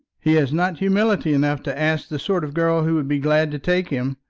he has not humility enough to ask the sort of girl who would be glad to take him.